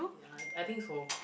I I think so